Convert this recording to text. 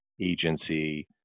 agency